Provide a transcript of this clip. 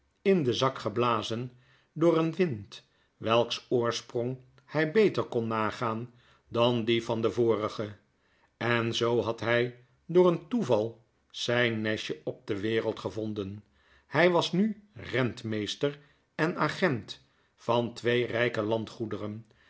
in den zak geblazen door een wind welks oorsprong hy beter kon nagaan dan dien van den vorigen en zoo had hy door een toeval zyn nestje op de wereld gevonden hy was nu renk meester en agent van twee ryke landgoederen